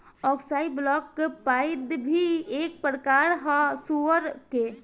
अक्साई black pied भी एक प्रकार ह सुअर के